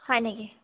হয় নেকি